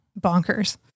bonkers